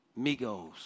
Migos